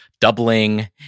doubling